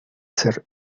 ser